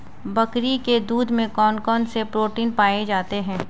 बकरी के दूध में कौन कौनसे प्रोटीन पाए जाते हैं?